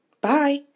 Bye